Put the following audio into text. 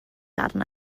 arna